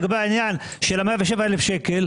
לגבי העניין של ה-107,000 ₪,